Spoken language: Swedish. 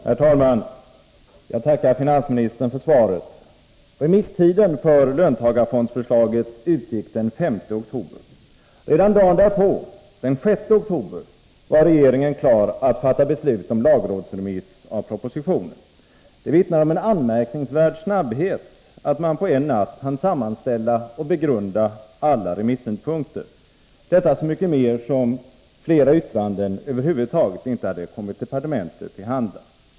Herr talman! Jag tackar finansministern för svaret. Remisstiden för löntagarfondsförslaget utgick den 5 oktober. Redan dagen därpå, den 6 oktober, var regeringen klar att fatta beslut om lagrådsremiss av propositionen. Det vittnar om en anmärkningsvärd snabbhet att man på en natt hann sammanställa och begrunda alla remissynpunkter —detta så mycket mer som flera yttranden över huvud taget inte hade kommit departementet till handa.